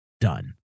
done